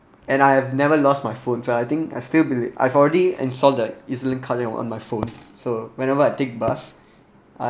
and I have never lost my phone so I think I still believe I've already installed that E_Z_link card on my phone so whenever I take bus I